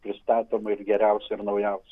pristatoma ir geriausia ir naujausia